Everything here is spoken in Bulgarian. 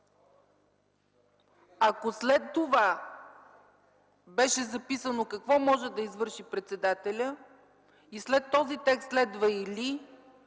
Ако след това беше записано какво може да извърши председателят и след този текст следва „или”,